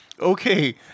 Okay